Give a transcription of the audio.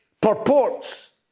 purports